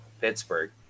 Pittsburgh